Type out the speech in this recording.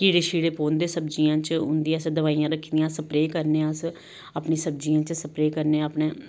कीड़े छीड़े पोंदे सब्जियै च उं'दी असें दवाइयां रक्खी दियां स्प्रे करने आं अस अपनियें सब्जियें च स्प्रे करने आं अपने